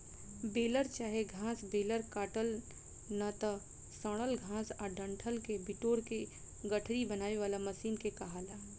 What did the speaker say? baler चाहे घास baler काटल ना त सड़ल घास आ डंठल के बिटोर के गठरी बनावे वाला मशीन के कहाला